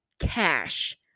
cash